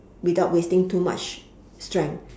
without wasting too much strength